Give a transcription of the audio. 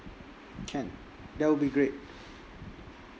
can that will be great